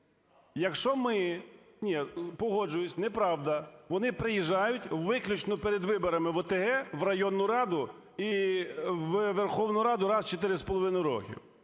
Якщо ми… Ні. Погоджуюсь. Неправда. Вони приїжджають виключно перед виборам в ОТГ, в районну раду і у Верховну Раду раз в 4,5 роки